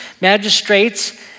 magistrates